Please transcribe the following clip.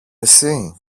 εσύ